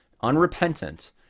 unrepentant